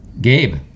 Gabe